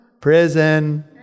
Prison